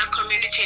community